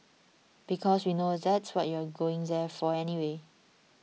because we know that's what you're going there for anyway